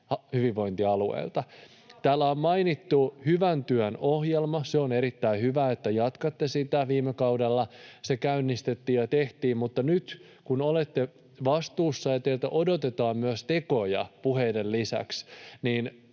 hihat!] Täällä on mainittu hyvän työn ohjelma. Se on erittäin hyvä, että jatkatte sitä. Viime kaudella se käynnistettiin ja tehtiin. Mutta nyt kun olette vastuussa ja teiltä odotetaan myös tekoja puheiden lisäksi, niin